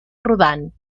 rodant